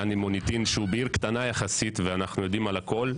גן בעיר קטנה יחסית שאמורים לדעת בה הכל ולא יודעים בה הכל.